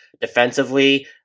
defensively